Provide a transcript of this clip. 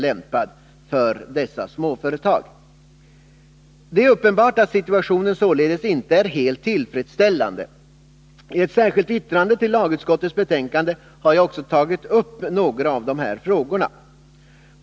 Det är således uppenbart att situationen inte är helt tillfredställande. I ett särskilt yttrande till lagutskottets betänkande har jag också tagit upp några av de här frågorna.